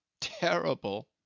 terrible